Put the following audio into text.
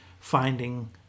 finding